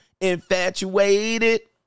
Infatuated